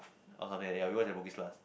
or something like that ya we watch at Bugis-Plus